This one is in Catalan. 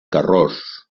carròs